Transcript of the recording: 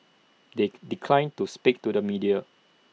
they declined to speak to the media